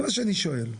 זה מה שאני שואל.